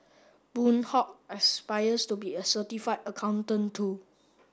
Boon Hock aspires to be a certified accountant too